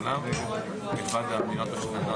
מאחר ולא נתנו להם לצאת מהשדה,